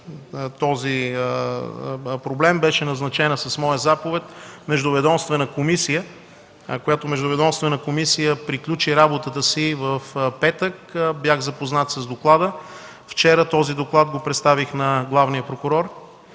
този проблем беше назначена с моя заповед междуведомствена комисия, която приключи работата си в петък. Бях запознат с доклада. Вчера този доклад го представих на главния прокурор,